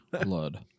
blood